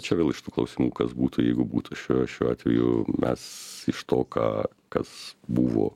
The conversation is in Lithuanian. čia vėl iš tų klausimų kas būtų jeigu būtų šiuo šiuo atveju mes iš to ką kas buvo